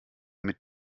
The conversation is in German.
mit